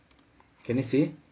can you see